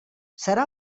serà